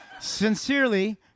Sincerely